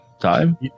Time